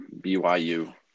BYU